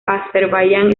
azerbaiyán